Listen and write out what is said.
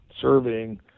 serving—